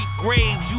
graves